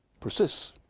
persists,